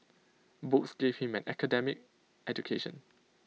books gave him an academic education